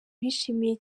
bishimiye